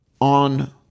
on